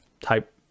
type